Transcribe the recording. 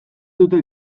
dute